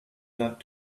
not